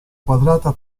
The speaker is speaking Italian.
quadrata